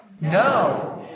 No